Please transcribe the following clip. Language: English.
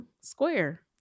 square